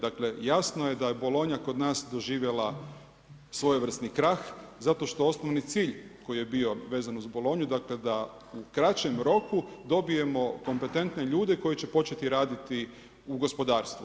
Dakle jasno je da je bolonja kod nas doživjela svojevrsni krah zato što osnovni cilj koji je bio vezan uz bolonju dakle da u kraćem roku dobijemo kompetentne ljude koji će početi raditi u gospodarstvu.